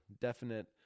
definite